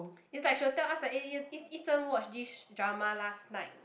it's like she will tell us that eh Yi Yi-Zhen watch this drama last night